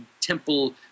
temple